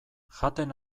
jaten